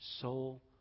soul